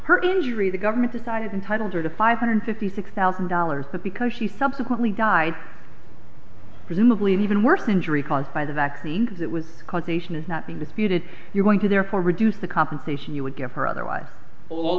her injury the government decided entitled her to five hundred fifty six thousand dollars but because she subsequently died presumably an even worse injury caused by the vaccine because it was causation is not being disputed you're going to therefore reduce the compensation you would give her otherwise all